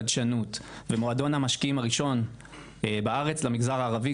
חדשנות ומועדון המשקיעים הראשון בארץ למגזר הערבי,